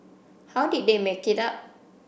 how did they make it up